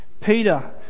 Peter